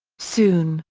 soon,